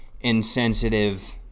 insensitive